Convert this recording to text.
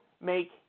make